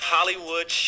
Hollywood